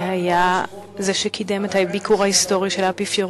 והיה זה שקידם את הביקור ההיסטורי של האפיפיור